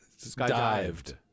Skydived